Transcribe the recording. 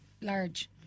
large